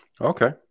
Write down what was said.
Okay